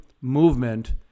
movement